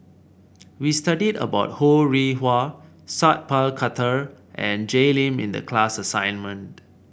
we studied about Ho Rih Hwa Sat Pal Khattar and Jay Lim in the class assignment